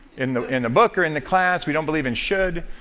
in the in the book or in the class, we don't believe in should.